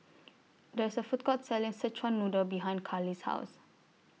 There IS A Food Court Selling Szechuan Noodle behind Karlie's House